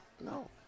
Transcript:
No